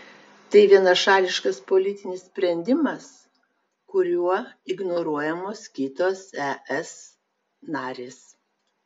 tai vienašališkas politinis sprendimas kuriuo ignoruojamos kitos es narės